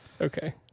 Okay